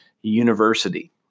university